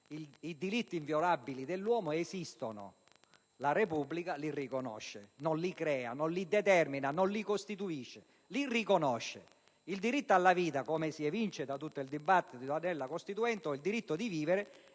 I diritti inviolabili dell'uomo esistono e la Repubblica li riconosce. Non li crea, non li determina, non li costituisce: li riconosce. Il diritto alla vita o il diritto a vivere, come si evince da tutto il dibattito della Costituente, è un diritto inviolabile